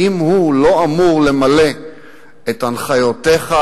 האם הוא לא אמור למלא את הנחיותיך,